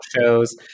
shows